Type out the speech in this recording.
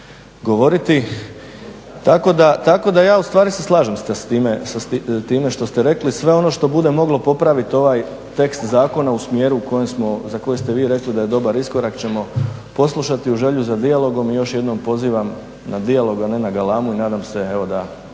govoriti. Tako da ja u stvari se slažem sa time što ste rekli. Sve ono što bude moglo popraviti ovaj tekst zakona u smjeru u kojem smo, za koji ste vi rekli da je dobar iskorak ćemo poslušati u želji za dijalogom i još jednom pozivam na dijalog, a ne na galamu i nadam se evo